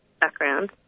background